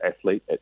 athlete